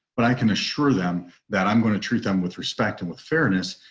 but i can assure them that i'm going to treat them with respect and with fairness,